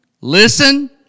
Listen